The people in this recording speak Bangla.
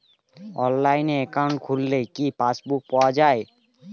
অনলাইনে একাউন্ট খুললে কি পাসবুক পাওয়া যায়?